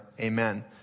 Amen